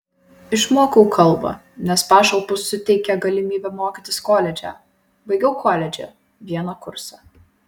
išmokau kalbą nes pašalpos suteikia galimybę mokytis koledže baigiau koledže vieną kursą